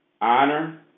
honor